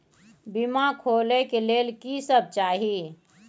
बीमा खोले के लेल की सब चाही?